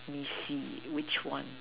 me see which one